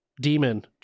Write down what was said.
Demon